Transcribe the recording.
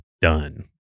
done